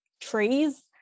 trees